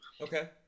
Okay